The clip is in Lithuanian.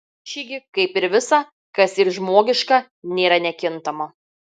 ši gi kaip ir visa kas yr žmogiška nėra nekintama